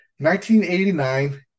1989